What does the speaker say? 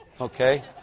Okay